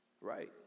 right